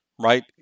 right